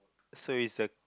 so is a